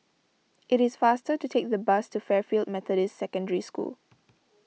it is faster to take the bus to Fairfield Methodist Secondary School